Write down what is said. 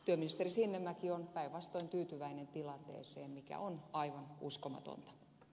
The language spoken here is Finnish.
työministeri sinnemäki on päinvastoin tyytyväinen tilanteeseen mikä on aivan uskomatonta